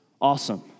awesome